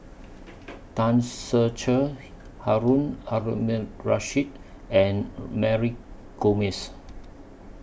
Tan Ser Cher Harun Aminurrashid and Mary Gomes